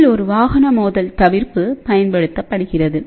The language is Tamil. அதில் ஒரு வாகன மோதல் தவிர்ப்பு பயன்படுத்தப்படுகிறது